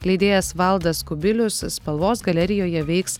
leidėjas valdas kubilius spalvos galerijoje veiks